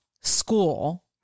school